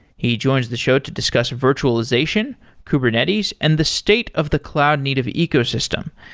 he joins the show to discuss virtualization, kubernetes and the state of the cloud need of ecosystem,